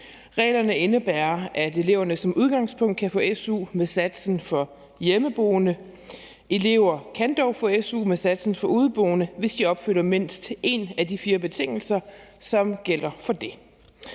Reglerne indebærer, at eleverne som udgangspunkt kan få su med satsen for hjemmeboende. Elever kan dog få su med satsen for udeboende, hvis de opfylder mindst en af de fire betingelser, som gælder for det.